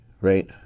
right